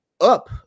up